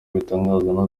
bitangazwa